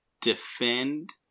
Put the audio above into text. defend